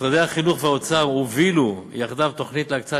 משרדי החינוך והאוצר הובילו יחדיו תוכנית להקצאת